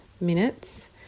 minutes